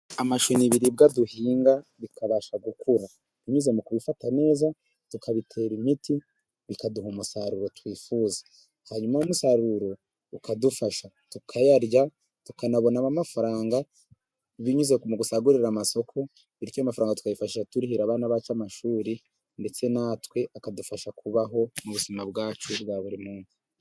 Amashu ni ibiribwa duhinga, bikabasha gukura binyuze mu kubifata neza, tukabitera imiti, bikaduha umusaruro twifuza. Hanyuma w’umusaruro ukadufasha, tukayarya, tukanabonamo amafaranga binyuze ku musagurira amasoko. Bityo, amafaranga tukayifashisha turihira abana bacu amashuri, ndetse natwe akadufasha kubaho mu buzima bwacu bwa buri munsi.